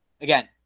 Again